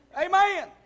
amen